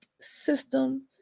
system